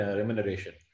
remuneration